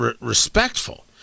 respectful